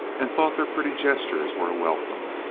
and thought their pretty gestures were a welcome.